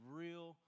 real